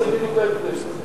זה בדיוק ההבדל.